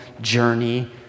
journey